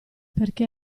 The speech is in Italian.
perché